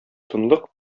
тынлык